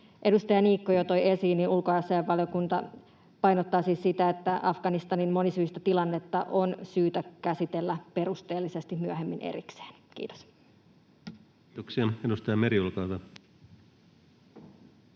edustaja Niikko jo toi esiin, ulkoasiainvaliokunta painottaa siis sitä, että Afganistanin monisyistä tilannetta on syytä käsitellä perusteellisesti myöhemmin erikseen. — Kiitos. Kiitoksia. — Edustaja Meri, olkaa hyvä.